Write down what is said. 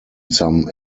some